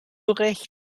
recht